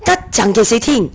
她讲得谁听